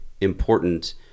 important